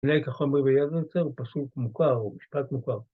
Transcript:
נהיה כחומרי ביד היוצר, הוא פסוק מוכר הוא משפט מוכר.